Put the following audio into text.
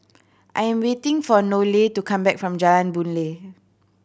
I'm waiting for Nohely to come back from Jalan Boon Lay